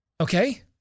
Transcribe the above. Okay